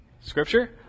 Scripture